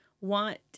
want